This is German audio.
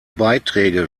beiträge